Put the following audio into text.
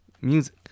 Music